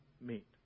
meet